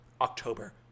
October